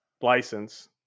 license